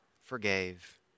forgave